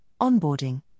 onboarding